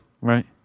Right